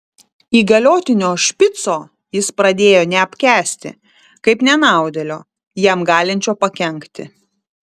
įgaliotinio špico jis pradėjo neapkęsti kaip nenaudėlio jam galinčio pakenkti